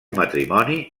matrimoni